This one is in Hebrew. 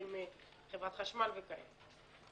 חברת חשמל וכאלה.